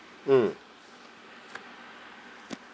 mm